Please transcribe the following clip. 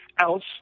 else